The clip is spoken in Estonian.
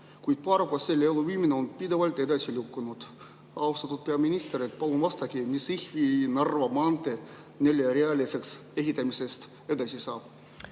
kuid paraku selle elluviimine on pidevalt edasi lükkunud. Austatud peaminister, palun vastake, mis Jõhvi–Narva maantee neljarealiseks ehitamisest edasi saab.